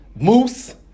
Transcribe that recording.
Moose